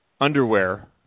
underwear